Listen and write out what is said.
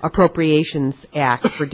appropriations act for